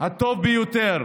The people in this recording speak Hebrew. הטוב ביותר,